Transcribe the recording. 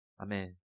Amen